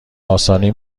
آسانی